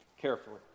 carefully